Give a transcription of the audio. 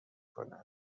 کند